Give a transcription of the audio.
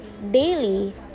daily